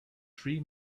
three